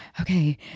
Okay